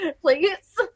Please